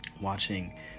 watching